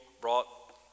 brought